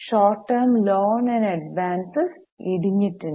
short term loan and advances ഇടിഞ്ഞിട്ടുണ്ട്